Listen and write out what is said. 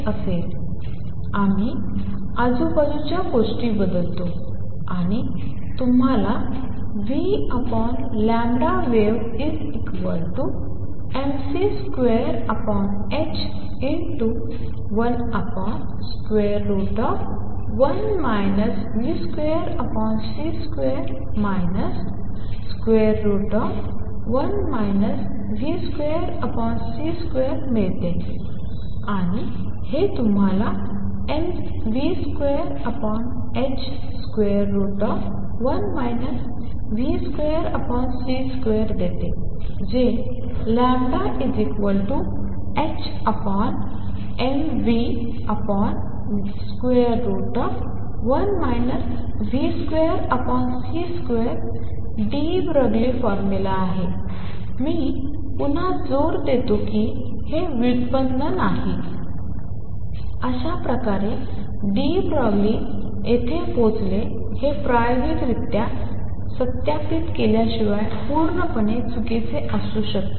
असेल आम्ही आजूबाजूच्या गोष्टी बदलतो आणि तुम्हाला vwave mc2h11 v2c2 1 v2c2 मिळते आणि हे तुम्हालाmv2h1 v2c2 देते जे λhmv1 v2c2 de Broglie formula आहे मी पुन्हा जोर देतो की हे व्युत्पन्न नाही अशाप्रकारे डी ब्रॉग्ली येथे पोहोचले हे प्रायोगिकरित्या सत्यापित केल्याशिवाय पूर्णपणे चुकीचे असू शकते